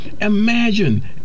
Imagine